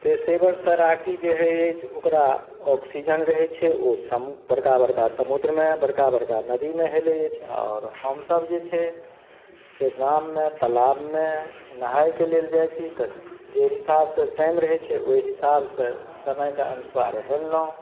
पेशेवर तैराकी जे होइ अछि ओकरा ऑक्सीजन रहय छै ओ बड़का बड़का समुद्रमे बड़का बड़का नदीमे हेलय अछि आओर हमसभ जे छै से गाममे तालाबमे नहाइके लेल जाइ छी तऽ जे हिसाबसँ टाइम रहय छै ओइ हिसाबसँ समयके अनुसार हेललहुँ